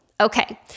Okay